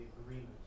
agreement